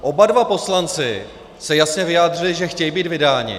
Oba dva poslanci se jasně vyjádřili, že chtějí být vydáni.